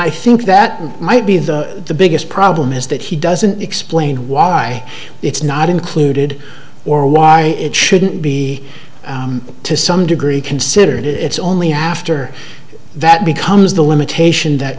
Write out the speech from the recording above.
i think that might be the biggest problem is that he doesn't explain why it's not included or why it shouldn't be to some degree consider it it's only after that becomes the limitation that